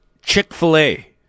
chick-fil-a